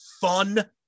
fun